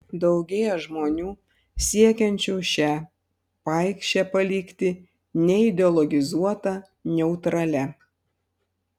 daugėja žmonių siekiančių šią paikšę palikti neideologizuota neutralia